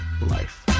Life